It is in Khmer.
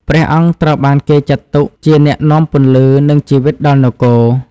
ព្រះអង្គត្រូវបានគេចាត់ទុកជាអ្នកនាំពន្លឺ និងជីវិតដល់នគរ។